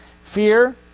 fear